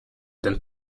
then